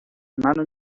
منو